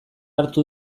hartu